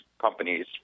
companies